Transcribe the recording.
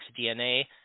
dna